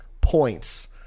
points